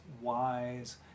wise